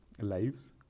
lives